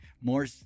more